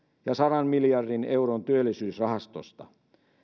ja sadan miljardin euron työllisyysrahastosta